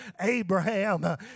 Abraham